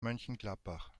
mönchengladbach